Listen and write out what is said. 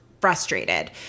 frustrated